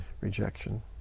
rejection